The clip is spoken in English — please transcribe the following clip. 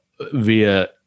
via